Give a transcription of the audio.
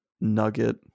nugget